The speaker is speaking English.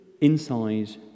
inside